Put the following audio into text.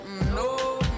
no